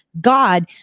God